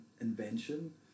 invention